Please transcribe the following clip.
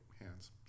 hands